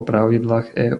pravidlách